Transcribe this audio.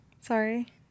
Sorry